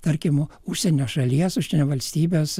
tarkim užsienio šalies užsienio valstybės